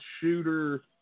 shooter